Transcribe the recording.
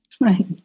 Right